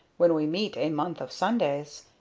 when we meet a month of sundays,